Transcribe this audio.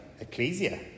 Ecclesia